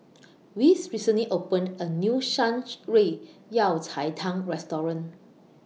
Wes recently opened A New Shan Rui Yao Cai Tang Restaurant